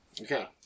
Okay